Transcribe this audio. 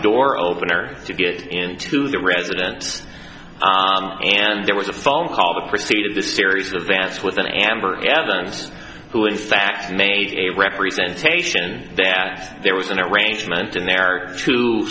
door opener to get into the resident and there was a phone call the proceeded the series of events with an amber evans who in fact made a representation that there was an arrangement in there to